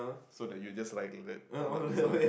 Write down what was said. so that you just like get all the answer